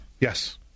Yes